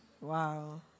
Wow